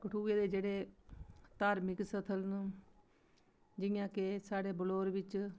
कठुए दे जेह्ड़े धार्मिक स्थल न जि'यां के साढ़े बलौर बिच्च